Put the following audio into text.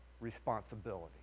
responsibility